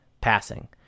passing